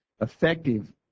effective